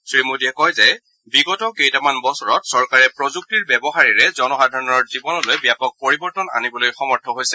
শ্ৰীমোদীয়ে কয় যে বিগত কেইটামান বছৰত চৰকাৰে প্ৰযুক্তিৰ ব্যৱহাৰেৰে জনসাধাৰণৰ জীৱনলৈ ব্যাপক পৰিবৰ্তন আনিবলৈ সমৰ্থ হৈছে